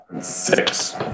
six